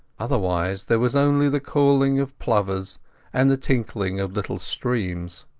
otherwise there was only the calling of plovers and the tinkling of little streams.